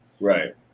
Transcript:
Right